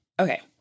Okay